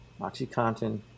oxycontin